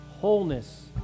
Wholeness